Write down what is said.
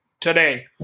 Today